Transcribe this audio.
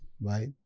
right